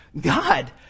God